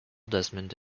desmond